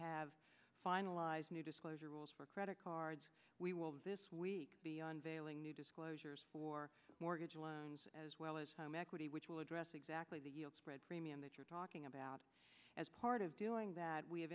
have finalized new disclosure rules for credit cards we will this week beyond veiling new disclosures for mortgage loans as well as home equity which will address exactly the spread premium that you're talking about as part of doing that we have